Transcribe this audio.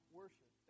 worship